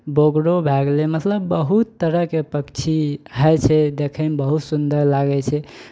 बगुलो भए गेलै मतलब बहुत तरहके पक्षी होइ छै देखयमे बहुत सुन्दर लागै छै